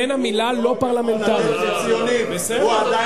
מה הוא אמר?